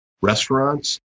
restaurants